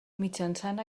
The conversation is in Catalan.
mitjançant